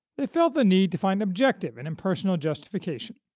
they felt the need to find objective and impersonal justification.